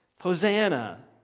Hosanna